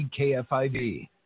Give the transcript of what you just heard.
KFIV